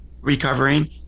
recovering